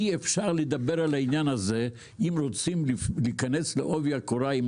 אי אפשר לדבר על העניין הזה בלי להיכנס לעובי הקורה.